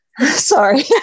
Sorry